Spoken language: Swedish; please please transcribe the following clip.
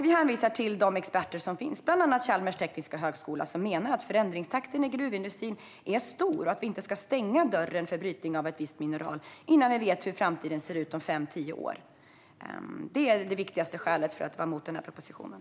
Vi hänvisar till de experter som finns, bland annat Chalmers tekniska högskola, som menar att förändringstakten i gruvindustrin är hög och att vi inte ska stänga dörren för brytning av ett visst mineral innan vi vet hur framtiden ser ut om fem tio år. Det är det viktigaste skälet att vara mot den här propositionen.